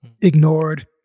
ignored